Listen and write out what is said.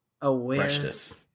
awareness